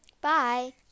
bye